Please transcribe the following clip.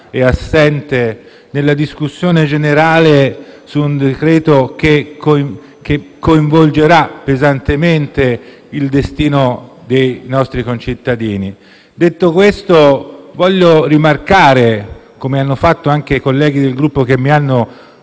e assente durante la discussione generale su un decreto-legge che coinvolgerà pesantemente il destino dei nostri concittadini. Detto questo, voglio rimarcare, come hanno fatto anche i colleghi del Gruppo che mi hanno